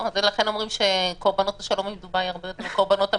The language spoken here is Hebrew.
לכן אומרים שקורבנות השלום עם דובאי הרבה יותר קורבנות המלחמה.